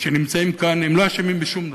שנמצאים כאן הם לא אשמים בשום דבר: